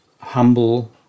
humble